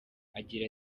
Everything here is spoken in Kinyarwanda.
agira